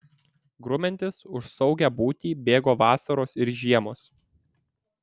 grumiantis už saugią būtį bėgo vasaros ir žiemos